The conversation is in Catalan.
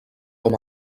com